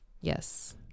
Yes